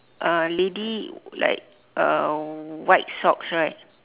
uh lady like uh white socks right